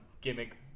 gimmick